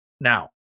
Now